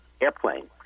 airplane